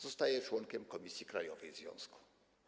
Zastaje członkiem komisji krajowej związku.